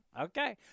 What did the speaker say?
Okay